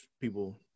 people